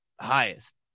highest